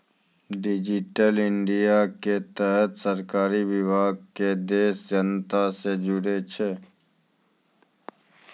digital India के तहत सरकारी विभाग के देश के जनता से जोड़ै छै